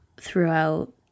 throughout